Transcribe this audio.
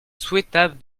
souhaitable